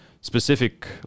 specific